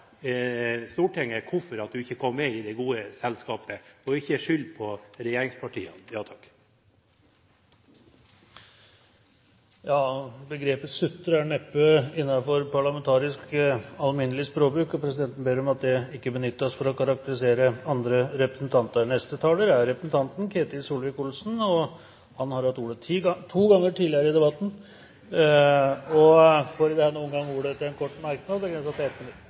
Stortinget hvorfor han ikke kom med i det gode selskapet, og ikke skylde på regjeringspartiene. Begrepet «sutre» er neppe innenfor parlamentarisk alminnelig språkbruk, og presidenten ber om at det ikke benyttes for å karakterisere andre representanter. Ketil Solvik-Olsen har hatt ordet to ganger tidligere i debatten og får ordet til en kort merknad, begrenset til 1 minutt.